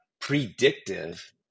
predictive